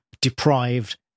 deprived